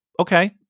Okay